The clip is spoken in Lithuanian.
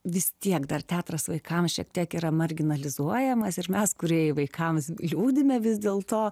vis tiek dar teatras vaikams šiek tiek yra marginalizuojamas ir mes kūrėjai vaikams liūdime vis dėl to